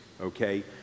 Okay